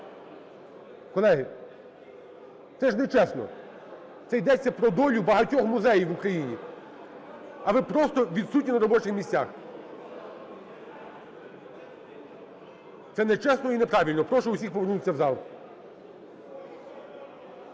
Колеги, це ж нечесно. Це йдеться про долю багатьох музеїв в Україні, а ви просто відсутні на робочих місцях! Це нечесно і неправильно. Прошу усіх повернутися в зал.